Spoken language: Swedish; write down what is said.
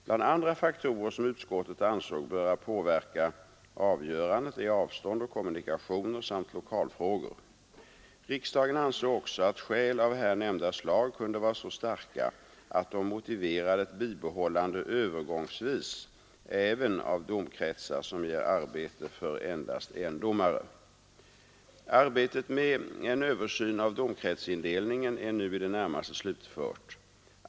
Bland andra faktorer som utskottet ansåg böra påverka avgörandet är avstånd och kommunikationer samt lokalfrågor. Riksdagen ansåg också att skäl av här nämnda slag kunde vara så starka att de motiverade ett bibehållande övergångsvis även av domkretsar som ger arbete för endast en domare. Arbetet med en översyn av domkretsindelningen är nu i det närmaste slutfört.